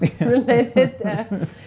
related